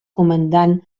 comandant